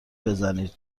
بزنیم